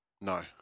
No